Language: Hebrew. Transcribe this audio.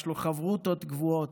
יש לו חברותות קבועות.